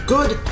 Good